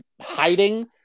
hiding